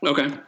Okay